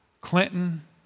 Clinton